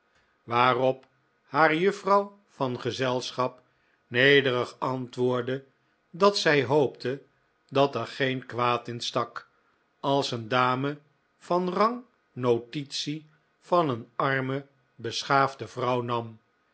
waarop haar juffrouw van gezelschap nederig antwoordde dat zij hoopte dat er geen kwaad in stak als een dame van rang notitie van een arme beschaafde vrouw nam